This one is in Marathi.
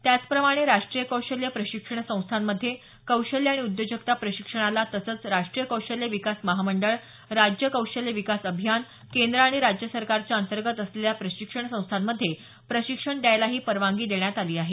त्याचप्रमाणे राष्ट्रीय कौशल्य प्रशिक्षण संस्थांमध्ये कौशल्य आणि उद्योजगता प्रशिक्षणाला तसंच राष्टीय कौशल्य विकास महामंडळ राज्य कौशल्य विकास अभियान केंद्र आणि राज्य सरकारच्या अंतर्गत असलेल्या प्रशिक्षण संस्थांमध्ये प्रशिक्षण द्यायलाही परवानगी देण्यात आली आहे